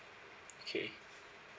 okay